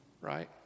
right